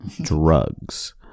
drugs